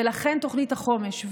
ולכן תוכנית החומש.